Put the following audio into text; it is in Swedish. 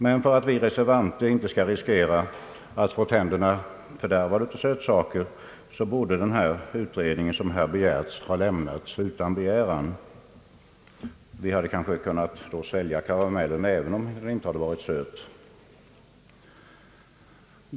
Men för att vi reservanter inte skall riskera att få tänderna fördärvade av sötsaker, borde den utredning som här begärts ha lämnats utan begäran. Vi hade då kanske kunnat svälja karamellen även om den inte varit söt.